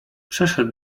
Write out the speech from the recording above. przeszedł